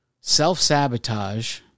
self-sabotage